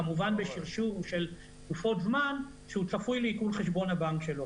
שהוא צפוי לעיקול חשבון הבנק שלו.